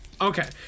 Okay